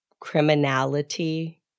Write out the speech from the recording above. criminality